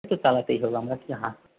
সে চালাতেই হবে আমরা কি হ্যাঁ